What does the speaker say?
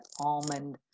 almond